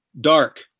dark